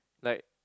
like